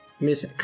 Miss